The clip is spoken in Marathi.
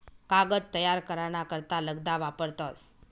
कागद तयार करा ना करता लगदा वापरतस